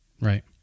right